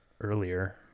earlier